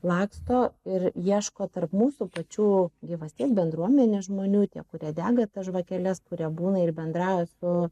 laksto ir ieško tarp mūsų pačių gyvasties bendruomenės žmonių tie kurie dega žvakeles kurie būna ir bendrauja su